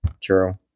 true